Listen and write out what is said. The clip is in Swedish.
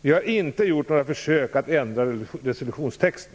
Vi har inte gjort några försök att ändra resolutionstexten.